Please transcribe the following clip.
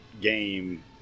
game